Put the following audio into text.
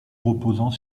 reposant